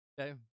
Okay